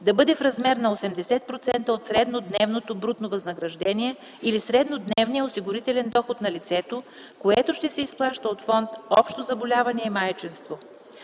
да бъде в размер на 80% от среднодневното брутно възнаграждение или среднодневния осигурителен доход на лицето, което ще се изплаща от фонд „Общо заболяване и майчинство”;